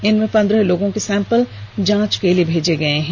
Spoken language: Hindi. इनमें पंद्रह लोगों के सैंपल जांच के लिए भेजे गए हैं